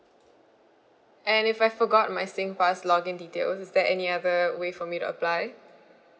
and if I forgot my Singpass login details is there any other way for me to apply